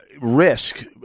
risk